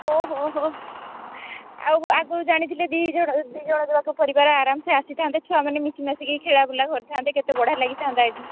ଓଃ ହୋ ହୋ ଆଉ ଆଗରୁ ଜାଣିଥିଲେ ଦୁଇଜଣ ଦୁଇଜଣ ଯାକ ପରିବାର ଆରାମସେ ଆସିଥାନ୍ତେ ଛୁଆମାନେ ମିଶିମାସିକି ଖେଳାବୁଲା କରିଥାନ୍ତେ କେତେ ବଢ଼ିଆ ଲାଗିଥାନ୍ତା ଏଠି